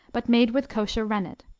but made with kosher rennet.